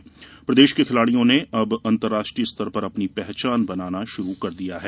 मध्यप्रदेश के खिलाड़ियों ने अब अंतर्राष्ट्रीय स्तर पर अपनी पहचान बनाना शुरू कर दिया है